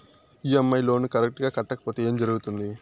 EMI loan correct గా కట్టకపోతే ఏం జరుగుతుంది